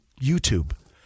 YouTube